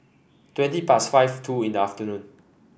twenty past five two in the afternoon